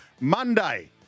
Monday